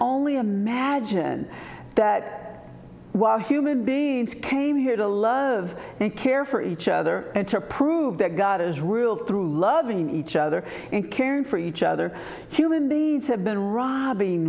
only imagine that while human beings came here to love and care for each other and to prove that god is real through loving each other and caring for each other human beings have been wro